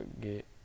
get